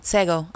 Sego